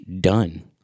Done